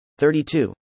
32